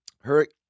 Hurricane